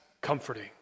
comforting